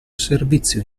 servizio